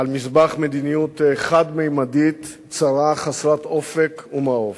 על מזבח מדיניות חד-ממדית, צרה, חסרת אופק ומעוף.